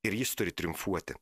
ir jis turi triumfuoti